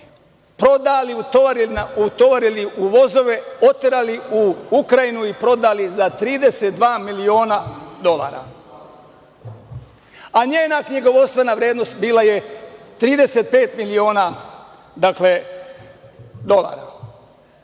prodali, utovarili u vozove, oterali u Ukrajinu i prodali za 32 miliona dolara. NJena knjigovodstvena vrednost bila je 35 miliona dolara.